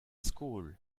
skol